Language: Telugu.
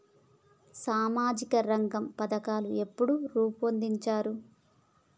సామాజిక రంగ పథకాలు ఎప్పుడు రూపొందించారు?